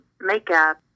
makeup